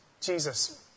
Jesus